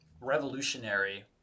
revolutionary